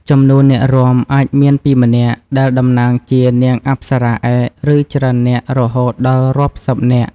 ចំនួនអ្នករាំអាចមានពីម្នាក់ ដែលតំណាងជា "នាងអប្សរា" ឯក ឬច្រើននាក់ រហូតដល់រាប់សិបនាក់។